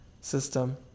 system